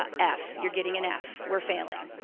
ah f, you're getting an f, we're failing.